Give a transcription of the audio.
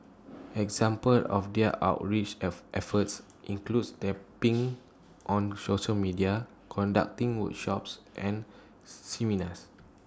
examples of their outreach F efforts includes tapping on social media conducting workshops and seminars